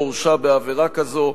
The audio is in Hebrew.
או הורשע בעבירה כזו,